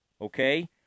okay